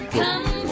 come